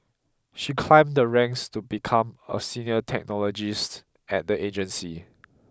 she climbed the ranks to become a senior technologist at the agency